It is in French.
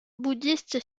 bouddhiste